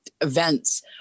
events